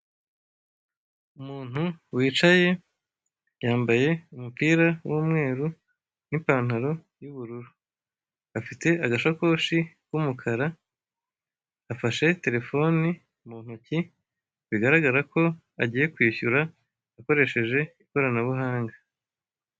Umuntu wicaye yambaye umupira w'umweru n'ipantaro y'ubururu. Afite agashakoshi k'umukara, afashe telefone mu ntoki, bigaragara ko agiye kwishyura akoresheje ikoranabuhanga.